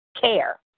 care